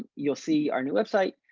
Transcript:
you'll see our new website.